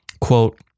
quote